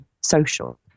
social